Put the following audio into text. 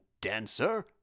Dancer